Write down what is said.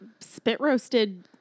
spit-roasted